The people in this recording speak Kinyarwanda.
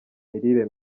imirire